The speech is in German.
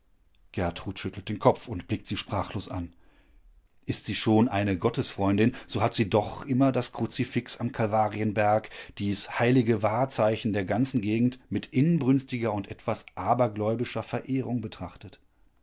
gertrud schüttelt den kopf und blickt sie sprachlos an ist sie schon eine gottesfreundin so hat sie doch immer das kruzifx am kalvarienberg dies heilige wahrzeichen der ganzen gegend mit inbrünstiger und etwas abergläubischer verehrung betrachtet